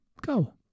go